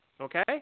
okay